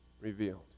revealed